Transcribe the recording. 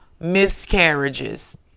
miscarriages